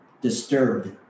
disturbed